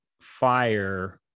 fire